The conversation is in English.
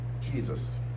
Jesus